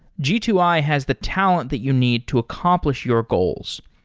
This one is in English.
g two i has the talent that you need to accomplish your goals.